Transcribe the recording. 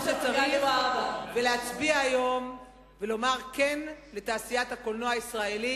שצריך ותצביע היום לתעשיית הקולנוע הישראלי